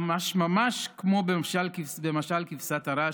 ממש כמו במשל כבשת הרש,